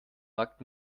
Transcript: merkt